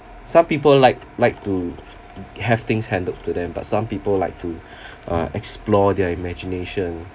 some people like like to have things handed to them but some people like to uh explore their imagination